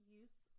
Youth